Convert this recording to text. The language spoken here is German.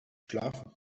schlafen